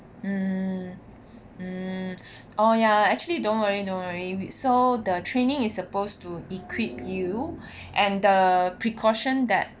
mm mm oh ya actually don't worry don't worry we saw the training is supposed to equip you and the precaution that